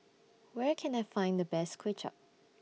Where Can I Find The Best Kway Chap